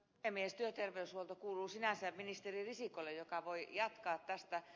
työterveyshuolto kuuluu sinänsä ministeri risikolle joka voi jatkaa tästä